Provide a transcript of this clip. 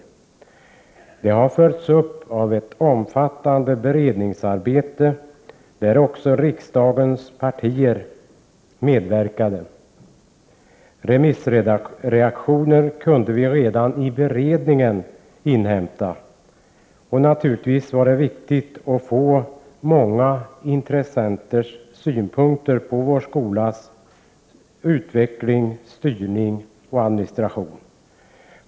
8 februari 1989 Detta har följts av ett omfattande beredningsarbete, där också riksdagens partier har medverkat. Remissreaktioner kunde vi redan i beredningen inhämta. Naturligvis var det viktigt att få många intressenters synpunkter på vår skolas utveckling, styrning och administration.